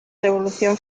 revolución